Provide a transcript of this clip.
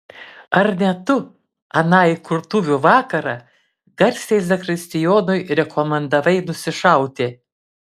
ar ne tu aną įkurtuvių vakarą garsiai zakristijonui rekomendavai nusišauti